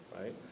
Right